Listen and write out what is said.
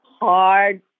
Hard